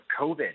COVID